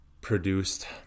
produced